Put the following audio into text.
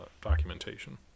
documentation